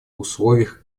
условиях